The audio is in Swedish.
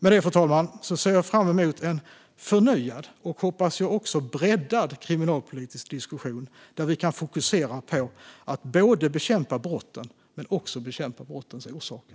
Med detta, fru talman, ser jag fram emot en förnyad och, hoppas jag, breddad kriminalpolitisk diskussion, där vi kan fokusera på att bekämpa både brotten och brottens orsaker.